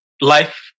life